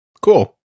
Cool